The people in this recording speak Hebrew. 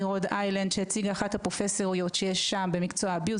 מרוד איילנד שהציג לאחת הפרופסיות שיש שם במקצוע ה ---,